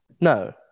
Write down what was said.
No